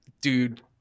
dude